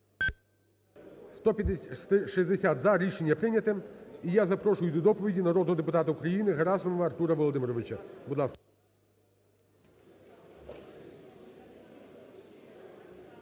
За-160 Рішення прийняте. І я запрошую до доповіді народного депутата України Герасимова Артура Володимировича. Будь ласка.